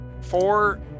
four